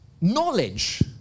knowledge